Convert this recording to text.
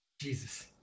Jesus